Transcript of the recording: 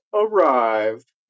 arrived